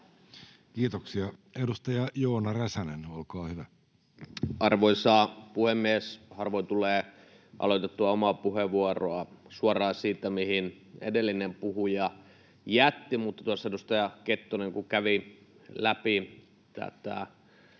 muuttamisesta Time: 16:03 Content: Arvoisa puhemies! Harvoin tulee aloitettua omaa puheenvuoroa suoraan siitä, mihin edellinen puhuja jätti, mutta kun tuossa edustaja Kettunen kävi läpi omaa